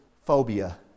phobia